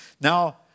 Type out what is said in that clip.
Now